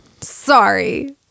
Sorry